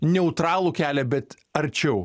neutralų kelią bet arčiau